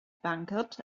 banquet